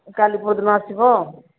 କାଲି ପଅରିଦିନ ଆସିବ